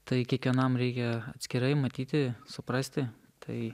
tai kiekvienam reikia atskirai matyti suprasti tai